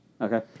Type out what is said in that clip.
Okay